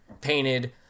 painted